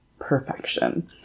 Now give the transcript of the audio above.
perfection